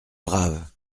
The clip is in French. brave